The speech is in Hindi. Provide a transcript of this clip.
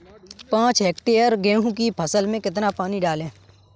पाँच हेक्टेयर गेहूँ की फसल में कितना पानी डालें?